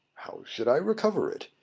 how should i recover it?